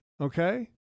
Okay